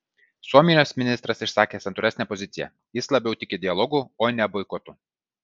suomijos ministras išsakė santūresnę poziciją jis labiau tiki dialogu o ne boikotu